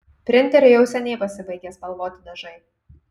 printeriui jau seniai pasibaigė spalvoti dažai